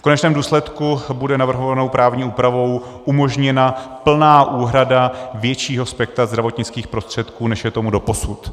V konečném důsledku bude navrhovanou právní úpravou umožněna plná úhrada většího spektra zdravotnických prostředků, než je tomu doposud.